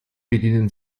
bedienen